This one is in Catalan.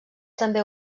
també